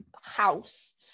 house